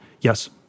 Yes